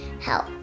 help